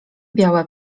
białe